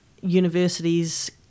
universities